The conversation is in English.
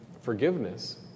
forgiveness